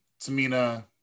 Tamina